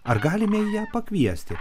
ar galime į ją pakviesti